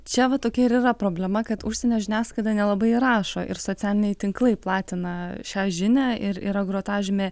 čia va tokia ir yra problema kad užsienio žiniasklaida nelabai rašo ir socialiniai tinklai platina šią žinią ir yra grotažymė